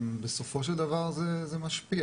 בסופו של דבר זה משפיע,